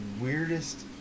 weirdest